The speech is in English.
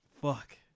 Fuck